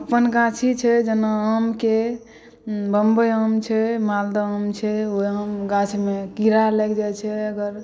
अप्पन गाछी छै जेना आमके बम्बइ आम छै मालदह आम छै ओहि गाछमे कीड़ा लागि जाइ छै अगर